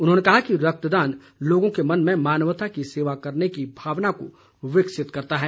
उन्होंने कहा कि रक्तदान लोगों के मन में मानवता की सेवा करने की भावना को विकसित करता है